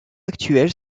actuels